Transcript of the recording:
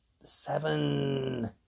seven